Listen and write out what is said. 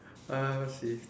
uh she